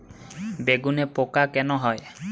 বেগুনে পোকা কেন হয়?